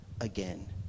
again